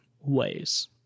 ways